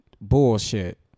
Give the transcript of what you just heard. Bullshit